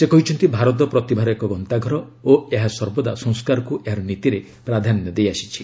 ସେ କହିଛନ୍ତି ଭାରତ ପ୍ରତିଭାର ଏକ ଗନ୍ତାଘର ଓ ଏହା ସର୍ବଦା ସଂସ୍କାରକୁ ଏହାର ନୀତିରେ ପ୍ରାଧାନ୍ୟ ଦେଇଆସିଛି